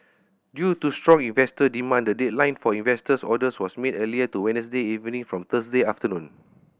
due to strong investor demand the deadline for investor orders was made earlier to Wednesday evening from Thursday afternoon